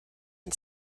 and